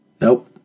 Nope